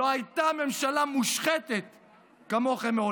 מעולם לא הייתה ממשלה מושחתת כמוכם.